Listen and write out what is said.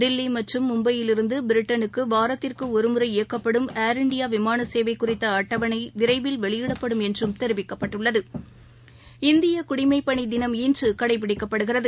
தில்லி மற்றும் மும்பையிலிருந்து பிரிட்டனுக்கு வாரத்திற்கு ஒருமுறை இயக்கப்படும் ஏர் இண்டியா விமான சேவை குறித்த அட்டவணை விரைவில் வெளியிடப்படும் என்றும் தெரிவிக்கப்பட்டுள்ளது இந்திய குடிமைப் பணி தினம் இன்று கடைபிடிக்கப்படுகிறது